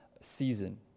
season